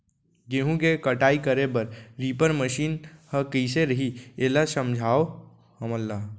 गेहूँ के कटाई करे बर रीपर मशीन ह कइसे रही, एला समझाओ हमन ल?